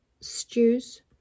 stews